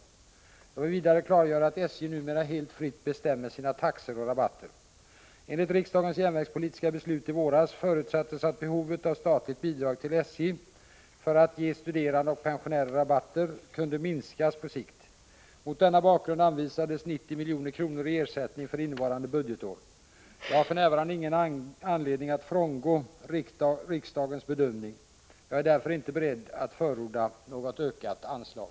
Jag vill vidare klargöra att SJ numera helt fritt bestämmer sina taxor och rabatter. Enligt riksdagens järnvägspolitiska beslut i våras förutsattes att behovet av statligt bidrag till SJ för att ge studerande och pensionärer rabatter kunde minskas på sikt. Mot denna bakgrund anvisades 90 milj.kr. i ersättning för innevarande budgetår. Jag har för närvarande ingen anledning att frångå riksdagens bedömning. Jag är därför inte beredd att förorda något ökat anslag.